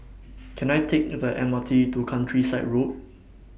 Can I Take The M R T to Countryside Road